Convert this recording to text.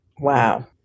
Wow